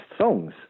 songs